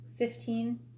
Fifteen